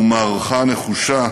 ומערכה נחושה